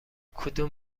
کدوم